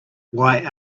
why